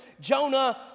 Jonah